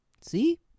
See